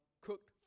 cooked